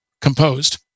composed